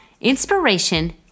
Inspiration